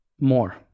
more